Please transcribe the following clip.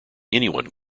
anyone